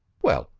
well,